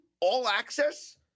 all-access